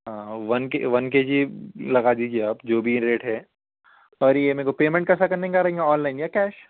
آں ون کے one K G لگا دیجیے آپ جو بھی ریٹ ہے پر یہ میرے کو پیمنٹ کیسا کرنیں کا رہینگا آن لائن یا کیش